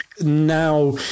now